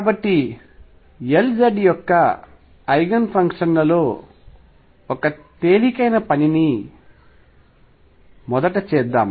కాబట్టి Lz యొక్క eigen ఫంక్షన్లలో ఒక తేలికైన పనిని మొదట చేద్దాం